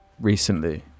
recently